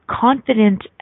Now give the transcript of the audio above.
confident